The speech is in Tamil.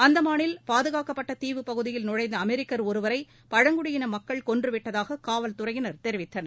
அந்தமானில் பாதுகாக்கப்பட்ட தீவு பகுதியில் நுழைந்த அமெரிக்கர் ஒருவரை பழங்குடியின மக்கள் கொன்றுவிட்டதாக காவல்துறையினர் தெரிவித்தனர்